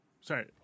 sorry